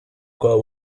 kwa